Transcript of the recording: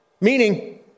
meaning